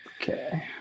okay